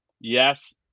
Yes